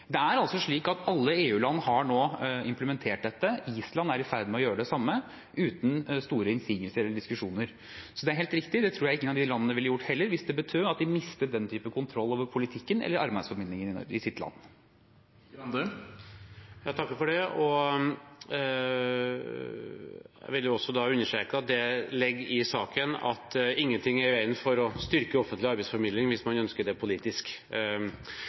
Det er slik at alle EU-land nå har implementert dette, Island er i ferd med å gjøre det samme, uten store innsigelser eller diskusjoner. Så det er helt riktig. Det tror jeg ingen av de landene ville gjort heller, hvis det betød at de mistet den type kontroll over politikken eller arbeidsformidlingen i sitt land. Jeg vil også understreke at det ligger i saken at det ikke er noe i veien for å styrke offentlig arbeidsformidling, hvis man ønsker det politisk.